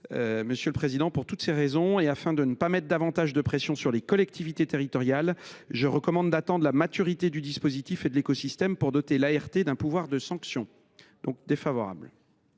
avec la directive. Pour toutes ces raisons, et afin de ne pas mettre davantage de pression sur les collectivités territoriales, je recommande d’attendre la maturité du dispositif et de l’écosystème avant de doter l’ART d’un pouvoir de sanction. Avis défavorable.